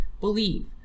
believe